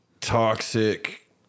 toxic